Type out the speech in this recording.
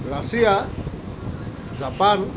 Russia Japan